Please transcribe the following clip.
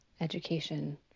education